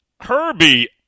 Herbie